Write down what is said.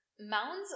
mounds